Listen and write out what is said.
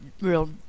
real